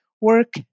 work